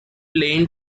plain